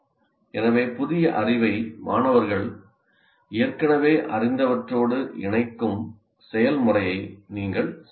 எனவே புதிய அறிவை மாணவர்கள் ஏற்கனவே அறிந்தவற்றோடு இணைக்கும் செயல்முறையை நீங்கள் செய்ய வேண்டும்